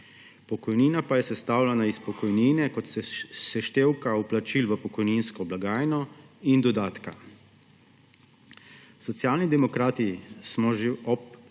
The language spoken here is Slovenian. Pokojnina pa je sestavljena iz pokojnine kot seštevka vplačil v pokojninsko blagajno in dodatka. Socialni demokrati smo že ob